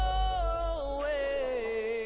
away